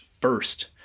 first